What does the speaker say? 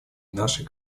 нашей